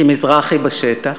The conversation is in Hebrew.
כי מזרחי בשטח.